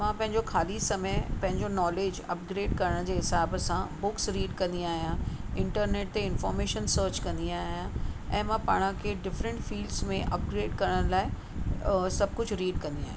मां पंहिंजो ख़ाली समय पंहिंजो नॉलेज अपग्रेड करण जे हिसाब सां बुक्स रीड कंदी आहियां इंटरनेट ते इंफोरमेशन सर्च कंदी आहियां ऐं मां पाण खे डिफरंट फिल्ड्स में अपग्रेड करण लाइ सभु कुझु रीड कंदी आहियां